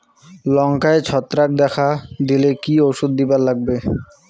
লঙ্কায় ছত্রাক দেখা দিলে কি ওষুধ দিবার লাগবে?